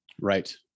Right